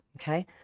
okay